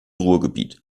ruhrgebiet